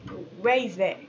where is that